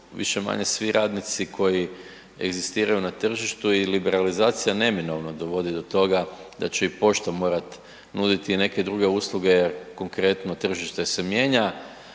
više-manje svi radnici koji egzistiraju na tržištu i liberalizacija neminovno dovodi do toga da će i pošta morati nuditi neke druge usluge jer konkretno tržište se mijenja,